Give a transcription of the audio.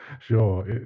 Sure